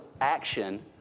action